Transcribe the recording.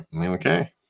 okay